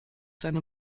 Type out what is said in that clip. seine